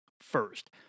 First